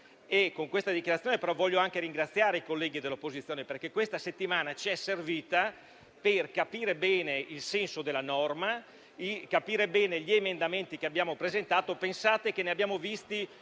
Con questa dichiarazione, però, voglio anche ringraziare i colleghi dell'opposizione, perché questa settimana ci è servita per capire bene il senso della norma e gli emendamenti che abbiamo presentato. Pensate che ne abbiamo visti